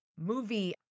Movie